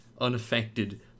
unaffected